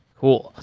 cool.